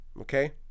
Okay